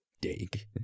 Dig